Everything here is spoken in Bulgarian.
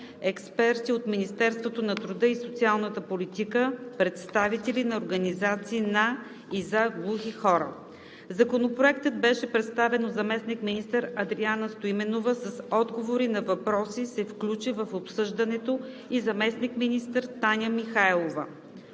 експерти от Министерството на труда и социалната политика, представители на организации на и за глухи хора. Законопроектът беше представен от заместник-министър Адриана Стоименова. С отговори на въпроси се включи в обсъждането и заместник-министър Таня Михайлова.